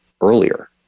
earlier